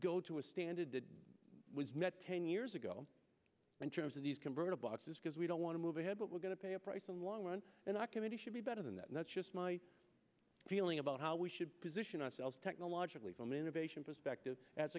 go to a standard that was met ten years ago in terms of these converter boxes because we don't want to move ahead but we're going to pay a price a long run and i committee should be better than that and that's just my feeling about how we should position ourselves technologically from innovation perspective as